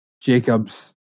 Jacobs